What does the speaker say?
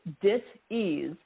dis-ease